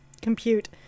compute